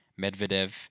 Medvedev